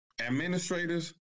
administrators